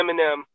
Eminem